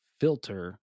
filter